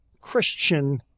christian